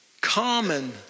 common